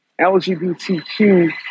LGBTQ